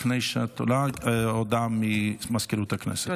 לפני שאת עולה, הודעה למזכירות הכנסת.